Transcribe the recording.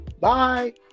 Bye